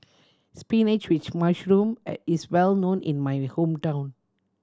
spinach with mushroom is well known in my hometown